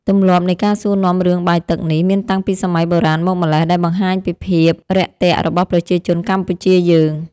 ទម្លាប់នៃការសួរនាំរឿងបាយទឹកនេះមានតាំងពីសម័យបុរាណមកម៉្លេះដែលបង្ហាញពីភាពរាក់ទាក់របស់ប្រជាជនកម្ពុជាយើង។